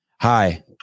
Hi